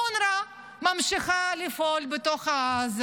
אונר"א ממשיכה לפעול בתוך עזה.